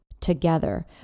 together